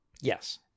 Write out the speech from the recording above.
Yes